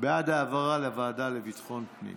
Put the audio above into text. בעד ההעברה לדיון בוועדה לביטחון פנים.